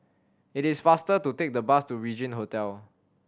it is faster to take the bus to Regin Hotel